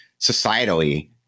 societally